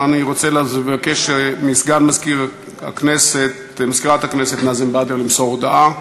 אני רוצה לבקש מסגן מזכירת הכנסת נאזם בדר למסור הודעה.